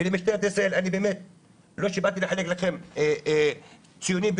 ולמשטרת ישראל לא שבאתי לחלק לכם ציונים ותעודות.